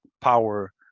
power